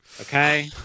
Okay